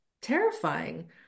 terrifying